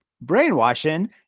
brainwashing